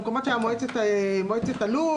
במקומות שמועצת הלול,